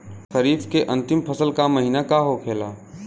खरीफ के अंतिम फसल का महीना का होखेला?